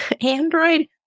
Android